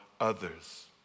others